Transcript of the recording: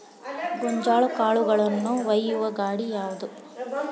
ಗೋಂಜಾಳ ಕಾಳುಗಳನ್ನು ಒಯ್ಯುವ ಗಾಡಿ ಯಾವದು?